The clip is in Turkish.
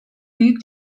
büyük